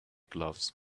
gloves